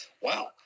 wow